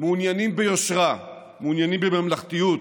מעוניינים ביושרה, מעוניינים בממלכתיות,